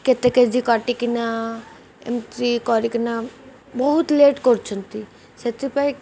କେତେ କେଜି କାଟିକିନା ଏମିତି କରିକିନା ବହୁତ ଲେଟ୍ କରୁଛନ୍ତି ସେଥିପାଇଁ